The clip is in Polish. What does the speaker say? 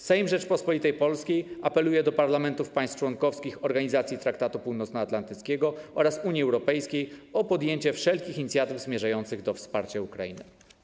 Sejm Rzeczypospolitej Polskiej apeluje do parlamentów państw członkowskich Organizacji Traktatu Północnoatlantyckiego oraz Unii Europejskiej o podjęcie wszelkich inicjatyw zmierzających do wsparcia Ukrainy”